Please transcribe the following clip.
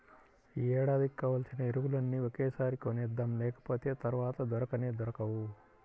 యీ ఏడాదికి కావాల్సిన ఎరువులన్నీ ఒకేసారి కొనేద్దాం, లేకపోతె తర్వాత దొరకనే దొరకవు